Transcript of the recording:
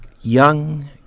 young